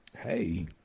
Hey